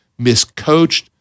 miscoached